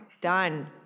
Done